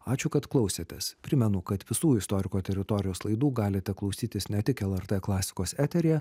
ačiū kad klausėtės primenu kad visų istoriko teritorijos laidų galite klausytis ne tik lrt klasikos eteryje